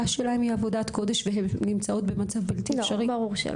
שלהן היא עבודת קודש והן נמצאות במצב בלתי אפשרי?